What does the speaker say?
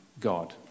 God